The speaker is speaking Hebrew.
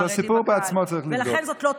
את הסיפור בעצמו צריך לבדוק.